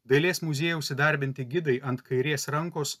dailės muziejaus įdarbinti gidai ant kairės rankos